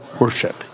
worship